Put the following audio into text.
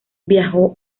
viajó